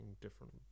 different